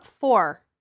Four